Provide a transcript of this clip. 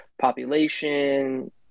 population